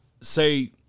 Say